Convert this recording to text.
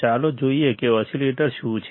ચાલો જોઈએ કે ઓસિલેટર શું છે